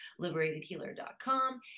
liberatedhealer.com